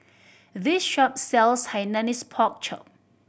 this shop sells Hainanese Pork Chop